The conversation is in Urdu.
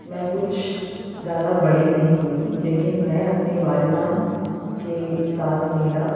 میں کچھ زیادہ بڑی نہیں ہوئی لیکن میں اپنے والدان کے ساتھ میلہ